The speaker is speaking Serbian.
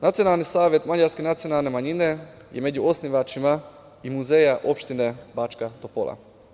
Nacionalni savet mađarske nacionalne manjine je među osnivačima i muzeja opštine Bačka Topola.